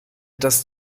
das